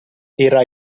era